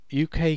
UK